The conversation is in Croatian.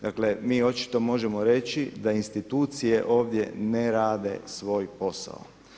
Dakle, mi očito možemo reći, da institucije ovdje ne rade svoj posao.